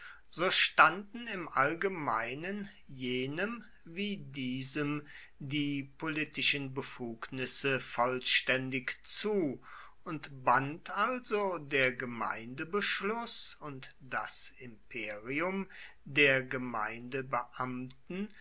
so standen im allgemeinen jenem wie diesem die politischen befugnisse vollständig zu und band also der gemeindebeschluß und das imperium der